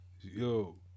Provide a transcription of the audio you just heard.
Yo